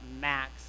max